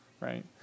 right